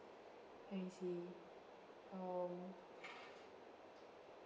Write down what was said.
let me see um